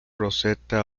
roseta